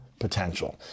potential